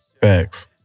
Facts